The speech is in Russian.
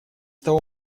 того